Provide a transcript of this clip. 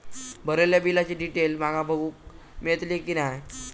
भरलेल्या बिलाची डिटेल माका बघूक मेलटली की नाय?